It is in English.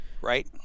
Right